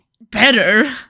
better